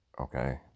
okay